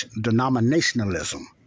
denominationalism